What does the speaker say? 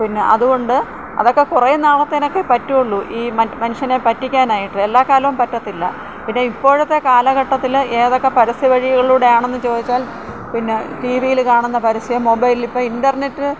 പിന്ന അതുകൊണ്ട് അതൊക്കെ കുറേ നാളത്തേനക്കെ പറ്റുള്ളൂ ഈ മനുഷ്യനെ പറ്റിക്കാനായിട്ട് എല്ലാ കാലവും പറ്റത്തില്ല പിന്നെ ഇപ്പോഴത്തെ കാലഘട്ടത്തിൽ ഏതൊക്കെ പരസ്യവഴികളിലൂടെ ആണെന്ന് ചോദിച്ചാൽ പിന്നെ ടീ വി യിൽ കാണുന്ന പരസ്യം മൊബൈല് ഇപ്പം ഇൻറ്റർനെറ്റ്